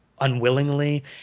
unwillingly